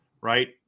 right